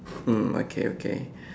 mm okay okay